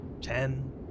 ten